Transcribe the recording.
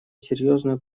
серьезную